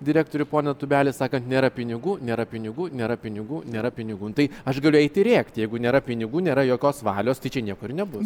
direktorių poną tubelį sakė kad nėra pinigų nėra pinigų nėra pinigų nėra pinigų nu tai aš galiu eiti rėkti jeigu nėra pinigų nėra jokios valios tai čia nieko ir nebus